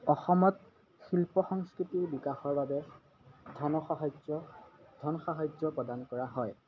অসমত শিল্প সংস্কৃতিৰ বিকাশৰ বাবে ধন সাহাৰ্য্য় ধন সাহাৰ্য্য় প্ৰদান কৰা হয়